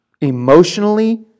emotionally